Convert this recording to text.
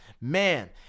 man